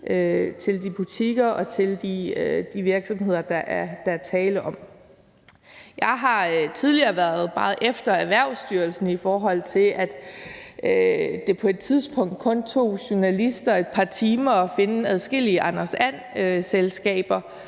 til de butikker og de virksomheder, der er tale om. Jeg har tidligere været meget efter Erhvervsstyrelsen, i forhold til at det på et tidspunkt kun tog journalister et par timer at finde adskillige Anders And-selskaber.